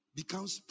becomes